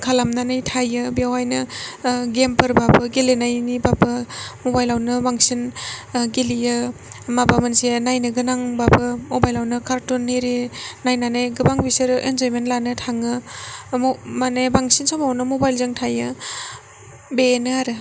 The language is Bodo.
खालामनानै थायो बेवहायनो गेमफोर माफोर गेलेनायनि माबा मबाइलआवनो बांसिन गेलेयो माबा मोनसे नायनो गोनांब्लाबो मबाइलआवनो कार्टुन एरै नायनानै गोबां बिसोरो एन्जयमेन्ट लानो थाङो माने बांसिन समावनो बिसोरो मबाइलजों थायो बेनो आरो